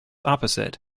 opposite